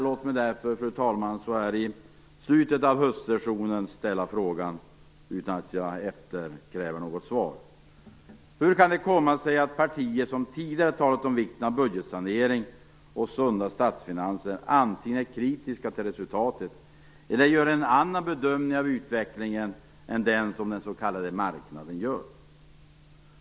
Låt mig därför, fru talman, så här i slutet av höstsessionen och utan att efterkräva något svar ställa frågan: Hur kan det komma sig att partier som tidigare talat om vikten av budgetsanering och sunda statsfinanser antingen är kritiska till resultatet eller gör en annan bedömning av utvecklingen än den som den s.k. marknaden gör?